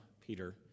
Peter